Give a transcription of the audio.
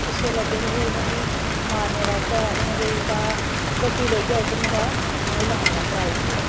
पिच्छे लगे दे उ'नेंगी मारने बास्तै उ'नें केह् कीता गड्डी लेइयै उद्धरूं उ'नेंगी लैन बास्तै आई गे